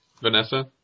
Vanessa